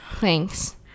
Thanks